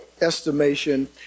estimation